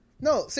No